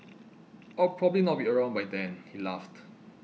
I will probably not be around by then he laughed